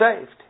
saved